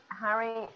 Harry